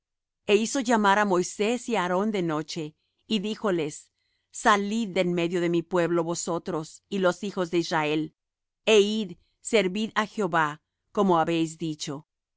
e hizo llamar á moisés y á aarón de noche y díjoles salid de en medio de mi pueblo vosotros y los hijos de israel é id servid á jehová como habéis dicho